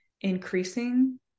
increasing